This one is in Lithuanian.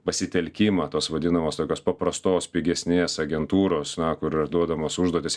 pasitelkimą tos vadinamos tokios paprastos pigesnės agentūros na kur yra duodamos užduotys